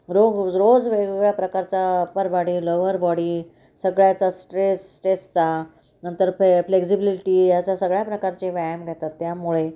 रोग रोज वेगवेगळ्या प्रकारचा अपर बॉडी लोअर बॉडी सगळ्याचा स्ट्रेस स्ट्रेस चा नंतर फ फ्लेक्झिबिलिटी या असा सगळ्या प्रकारचे व्यायाम घेतात त्यामुळे